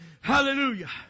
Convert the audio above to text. Hallelujah